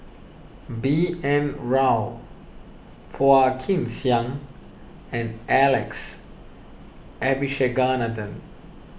B N Rao Phua Kin Siang and Alex Abisheganaden